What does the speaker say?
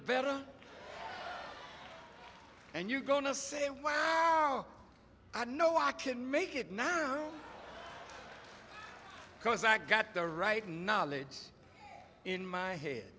better and you going to say wow i know i can make it now because i got the right knowledge in my head